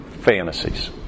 fantasies